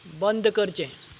बंद करचें